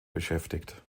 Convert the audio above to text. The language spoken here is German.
beschäftigt